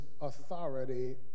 authority